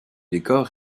décor